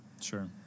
Sure